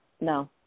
no